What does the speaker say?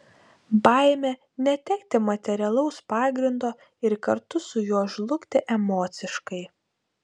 baimė netekti materialaus pagrindo ir kartu su juo žlugti emociškai